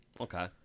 Okay